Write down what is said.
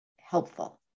helpful